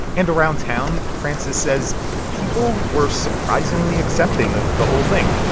and around town, frances says people were surprisingly accepting of the whole thing.